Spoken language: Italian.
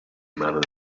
mano